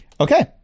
Okay